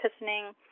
pissing